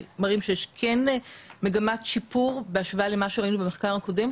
שכן יש מגמת שיפור בהשוואה למה שראינו במחקר הקודם,